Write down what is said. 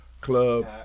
club